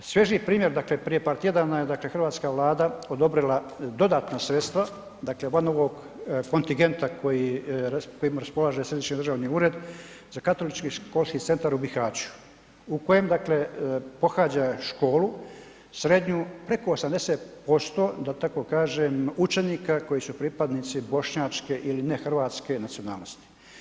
Svježiji primjer dakle prije par tjedana, je dakle hrvatska vlada odobrila dodatna sredstva, dakle van ovog kontigenta koji raspolaže središnji državni ured za Katolički školski centar u Bihaću u kojem dakle pohađa školu srednju preko 80% da tako kažem učenika koji su pripadnici Bošnjačke ili ne hrvatske nacionalnosti.